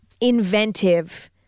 inventive